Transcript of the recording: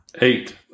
Eight